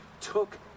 took